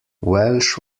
welsh